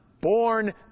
Born